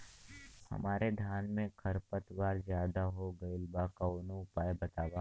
हमरे धान में खर पतवार ज्यादे हो गइल बा कवनो उपाय बतावा?